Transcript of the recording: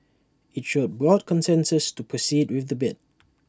IT showed broad consensus to proceed with the bid